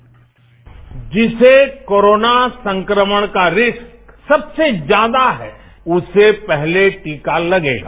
bite जिसे corona संक्रमण का रिस्क सबसे ज्यादा है उसे पहले टीका लगेगा